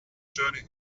journey